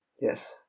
Yes